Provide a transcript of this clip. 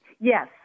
Yes